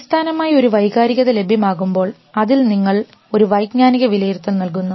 അടിസ്ഥാനമായി ഒരു വൈകാരികത ലഭ്യമാകുമ്പോൾ അതിന് നിങ്ങൾ ഒരു വൈജ്ഞാനിക വിലയിരുത്തൽ നൽകുന്നു